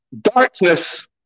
darkness